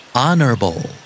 honorable